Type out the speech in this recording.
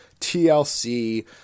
TLC